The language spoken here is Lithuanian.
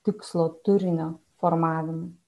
tikslo turinio formavimui